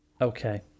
Okay